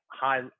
high